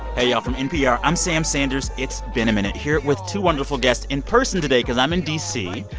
hey, y'all. from npr, i'm sam sanders. it's been a minute here with two wonderful guests in person today because i'm in d c.